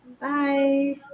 Bye